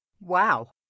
Wow